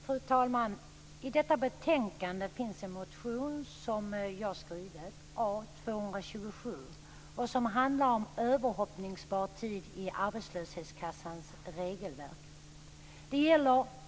Fru talman! I detta betänkande finns en motion som jag skrivit, A227, och som handlar om överhoppningsbar tid i arbetslöshetskassans regelverk.